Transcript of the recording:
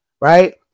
Right